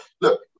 look